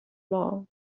love